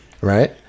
Right